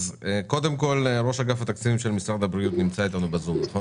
ראש אגף התקציבים של משרד הבריאות, בבקשה.